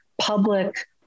public